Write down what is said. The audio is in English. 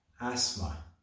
asthma